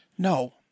No